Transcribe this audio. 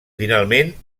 finalment